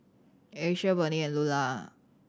Asia Bernie and Lulah